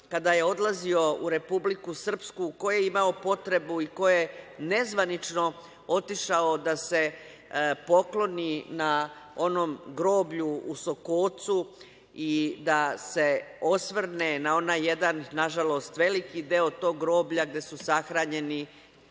kada je odlazio u Republiku Srpsku, ko je imao potrebu i ko je nezvanično otišao da se pokloni na onom groblju u Sokocu i da se osvrne na onaj jedan, nažalost veliki deo tog groblja, gde su sahranjeni